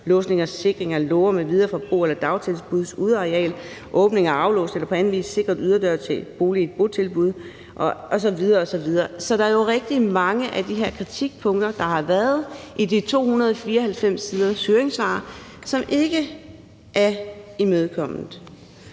låsning og sikring af låger m.v. fra bo- eller dagtilbuds udeareal, åbning af aflåst eller på anden vis sikret yderdør til en bolig i botilbud osv. osv. Så der er jo rigtig mange af de her kritikpunkter, der har været i de 294 siders høringssvar, som ikke er imødekommet.